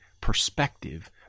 perspective